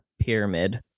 pyramid